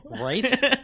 right